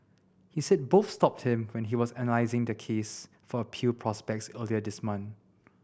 he said both stopped him when he was analysing their case for appeal prospects earlier this month